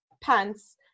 pants